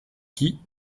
qui